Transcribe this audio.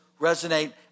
resonate